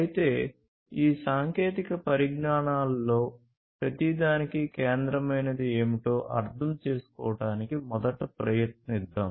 అయితే ఈ సాంకేతిక పరిజ్ఞానాలలో ప్రతిదానికి కేంద్రమైనది ఏమిటో అర్థం చేసుకోవడానికి మొదట ప్రయత్నిద్దాం